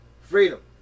Freedom